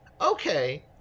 okay